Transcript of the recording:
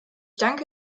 danke